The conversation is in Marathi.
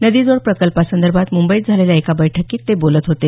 नदीजोड प्रकल्पासंदर्भात मुंबईत झालेल्या एका बैठकीत ते बोलत होते